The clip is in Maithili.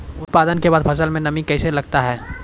उत्पादन के बाद फसल मे नमी कैसे लगता हैं?